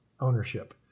ownership